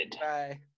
Bye